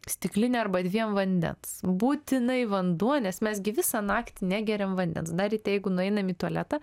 stikline arba dviem vandens būtinai vanduo nes mes gi visą naktį negeriam vandens dar ryte jeigu nueinam į tualetą